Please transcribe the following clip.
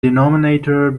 denominator